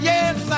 Yes